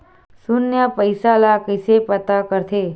शून्य पईसा ला कइसे पता करथे?